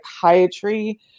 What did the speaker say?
psychiatry